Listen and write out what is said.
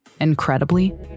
Incredibly